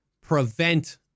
prevent